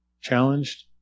challenged